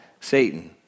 Satan